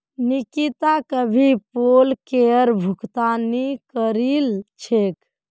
निकिता कभी पोल करेर भुगतान नइ करील छेक